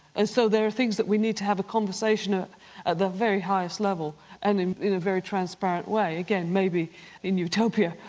and so there are things that we need to have a conversation ah at the very highest level and in a very transparent way, again maybe in utopia,